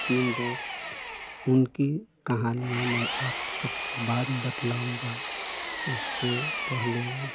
तीन दोस्त उनकी कहानियाँ मैं आप सब को बाद में बतलाऊँगा उससे पहले